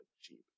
cheap